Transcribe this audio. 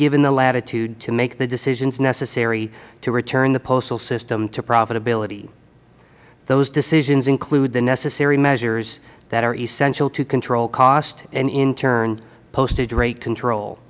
given the latitude to make the decisions necessary to return the postal system to profitability those decisions include the necessary measures that are essential to control cost and in turn postal rate control